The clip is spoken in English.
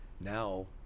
now